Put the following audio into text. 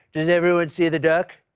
does everyone see the duck?